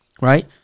right